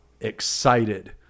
excited